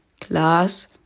class